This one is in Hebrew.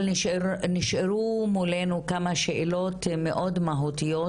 אבל נשארו מולנו כמה שאלות מאוד מהותיות